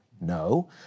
No